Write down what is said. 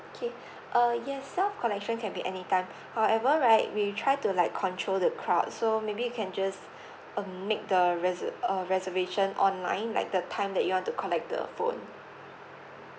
okay uh yes self collection can be anytime however right we try to like control the crowd so maybe you can just um make the reser~ a reservation online like the time that you want to collect the phone